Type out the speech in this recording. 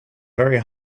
very